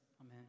Amen